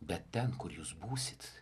bet ten kur jūs būsit